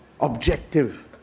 objective